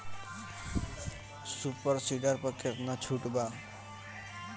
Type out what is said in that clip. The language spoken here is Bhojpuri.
सुपर सीडर पर केतना छूट बा?